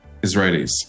Israelis